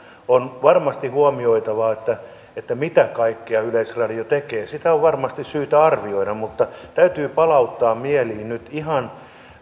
on varmasti huomioitava mitä kaikkea yleisradio tekee sitä on varmasti syytä arvioida mutta täytyy palauttaa mieliin nyt ihan